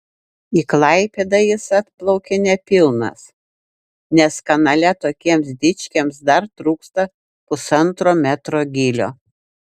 į klaipėdą jis atplaukė nepilnas nes kanale tokiems dičkiams dar trūksta pusantro metro gylio